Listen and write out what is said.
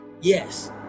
Yes